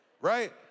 right